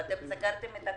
רק סגרתם לנו את הכל.